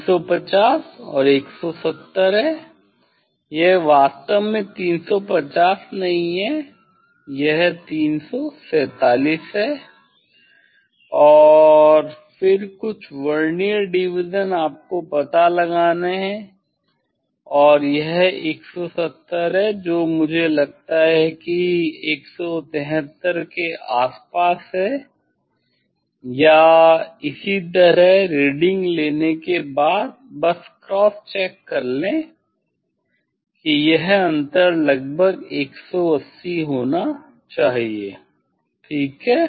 350 और 170 है यह वास्तव में 350 नहीं है यह 347 है और फिर कुछ वर्नियर डिविज़न आपको पता लगाना है और यह 170 है जो मुझे लगता है कि 173 के आसपास है या इसी तरह रीडिंग लेने के बाद बस क्रॉस चेक कर लें कि यह अंतर लगभग 180 होना चाहिए ठीक है